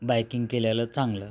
biking केलेलं चांगलं